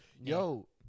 Yo